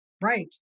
Right